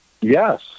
Yes